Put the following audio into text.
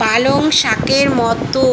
পালংশাকের মতো